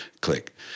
click